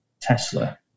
tesla